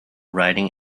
writing